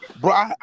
bro